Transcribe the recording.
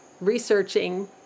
researching